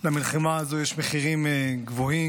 למלחמה הזו יש מחירים גבוהים,